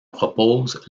proposent